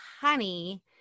honey